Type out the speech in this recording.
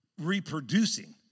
reproducing